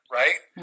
right